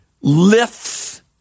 lifts